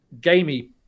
gamey